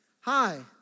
Hi